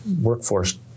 workforce